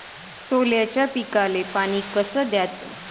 सोल्याच्या पिकाले पानी कस द्याचं?